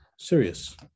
serious